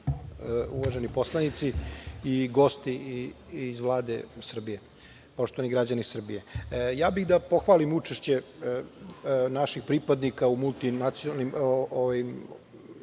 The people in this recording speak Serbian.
Uvaženi poslanici i gosti iz Vlade Srbije, poštovani građani Srbije, ja bih da pohvalim učešće naših pripadnika u multinacionalnim